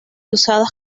usadas